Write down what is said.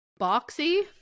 boxy